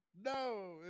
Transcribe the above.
No